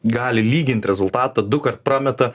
gali lygint rezultatą dukart prameta